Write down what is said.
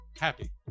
Happy